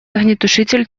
огнетушитель